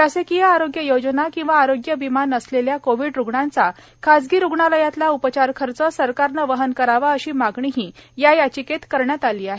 शासकीय आरोग्य योजना किंवा आरोग्य विमा नसलेल्या कोविड रुग्णांचा खासगी रुग्णालयातला उपचार खर्च सरकारने वहन करावा अशी मागणीही या याचिकेत करण्यात आली आहे